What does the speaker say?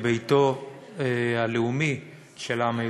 כביתו הלאומי של העם היהודי.